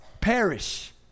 perish